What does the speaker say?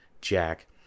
Jack